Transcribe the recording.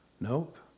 Nope